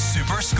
Super